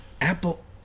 Apple